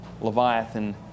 Leviathan